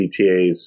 PTAs